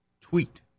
tweet